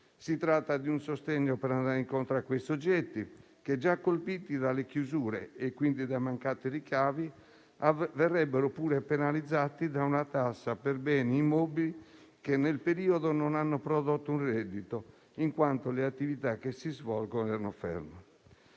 Si tratta di un sostegno per andare incontro a quei soggetti che, già colpiti dalle chiusure e quindi da mancati ricavi, verrebbero pure penalizzati da una tassa per dei beni immobili che nel periodo non hanno prodotto un reddito, in quanto le attività che vi si svolgono erano ferme.